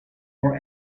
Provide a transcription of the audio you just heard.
for